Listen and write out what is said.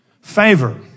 favor